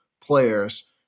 players